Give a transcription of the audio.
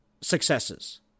successes